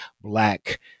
black